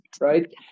right